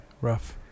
Rough